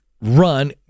Run